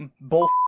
bull